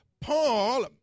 Paul